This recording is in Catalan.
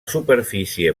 superfície